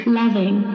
loving